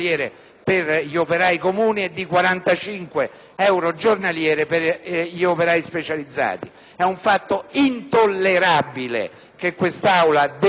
per gli operai comuni e di 45 euro giornalieri per gli operai specializzati. È un fatto intollerabile, che quest'Aula deve